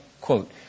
quote